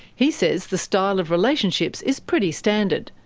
he says the style of relationships is pretty standard,